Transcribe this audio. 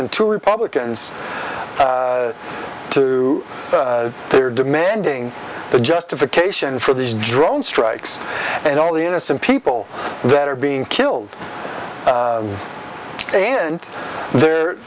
two republicans to they're demanding the justification for these drone strikes and all the innocent people that are being killed and there